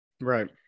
Right